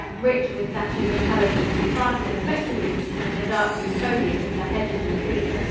rich with dashes of color that contrasted effectively with the dark green foliage of the hedges and trees.